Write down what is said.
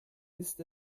ist